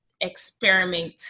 experiment